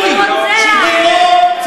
לא רוצח ולא מוג לב,